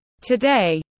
today